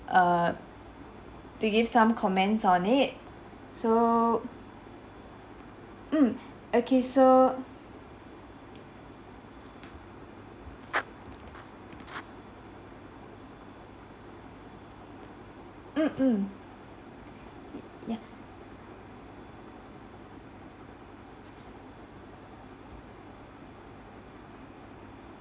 a to give some comments on it so mm okay so mmhmm ya